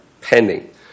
pending